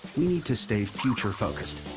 we need to stay future-focused.